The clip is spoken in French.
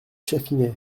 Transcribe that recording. chatfinet